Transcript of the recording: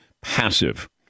passive